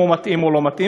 אם הוא מתאים או לא מתאים.